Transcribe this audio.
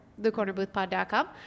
thecornerboothpod.com